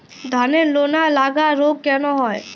ধানের লোনা লাগা রোগ কেন হয়?